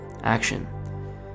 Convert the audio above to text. action